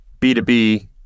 B2B